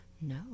No